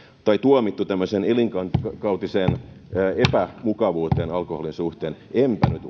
tai tuomittuja tämmöiseen elinkautiseen epämukavuuteen alkoholin suhteen enpä nyt